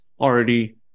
already